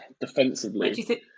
defensively